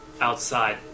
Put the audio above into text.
outside